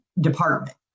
department